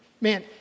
Man